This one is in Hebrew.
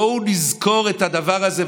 בואו נזכור את הדבר הזה,